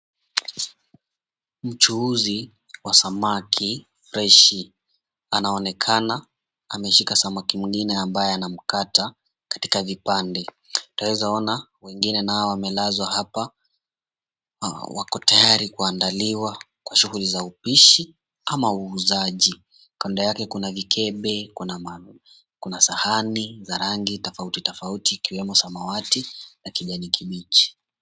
Mchuuzi wa samaki fresh anaonekana ameshika samaki mwingine ambaye anamkata katika vipande. Twaweza ona wengine nao wamelazwa hapa, wako tayari kuandaliwa kwa shughuli za upishi ama uuzaji. Kando yake kuna vikebe, kuna sahani za rangi tofauti tofauti, ikiwemo samawati na kijani kibichi.